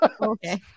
Okay